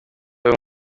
buri